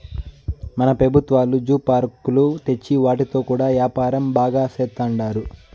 మన పెబుత్వాలు జూ పార్కులు తెచ్చి వాటితో కూడా యాపారం బాగా సేత్తండారు